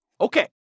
Okay